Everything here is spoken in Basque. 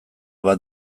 bat